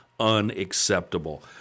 unacceptable